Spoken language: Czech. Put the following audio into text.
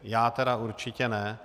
Já tedy určitě ne.